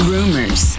Rumors